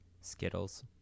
Skittles